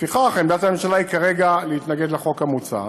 לפיכך, עמדת הממשלה היא כרגע להתנגד לחוק המוצע.